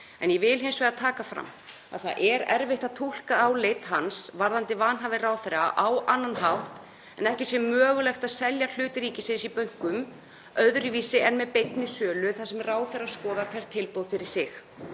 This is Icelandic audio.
En ég vil hins vegar taka fram að það er erfitt að túlka álit hans varðandi vanhæfi ráðherra á annan hátt en að ekki sé mögulegt að selja hlut ríkisins í bönkum öðruvísi en með beinni sölu þar sem ráðherra skoði hvert tilboð fyrir sig.